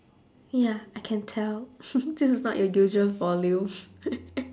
ya I can tell this is not your usual volume